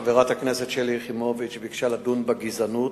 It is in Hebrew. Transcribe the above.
חברת הכנסת שלי יחימוביץ ביקשה לדון בגזענות,